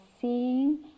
seeing